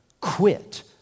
quit